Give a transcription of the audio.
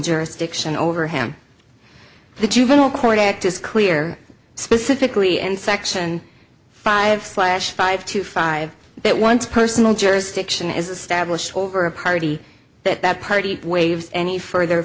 jurisdiction over him the juvenile court act is clear specifically in section five slash five to five that once personal jurisdiction is established over a party that that party waives any further